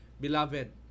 beloved